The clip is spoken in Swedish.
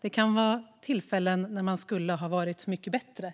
Det kan vara tillfällen där man skulle ha varit mycket bättre.